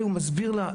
לברכה.